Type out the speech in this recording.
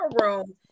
room